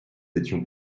étions